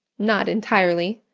not entirely.